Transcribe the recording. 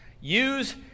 Use